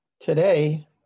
Today